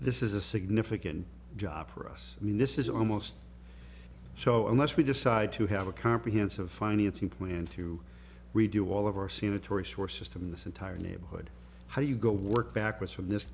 this is a significant job for us i mean this is almost so unless we decide to have a comprehensive financing plan to redo all of our senior tory sewer system this entire neighborhood how do you go to work backwards from this